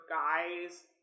guys